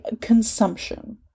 consumption